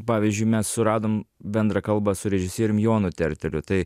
pavyzdžiui mes suradom bendrą kalbą su režisierium jonu terteliu tai